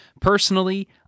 Personally